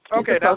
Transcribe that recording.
Okay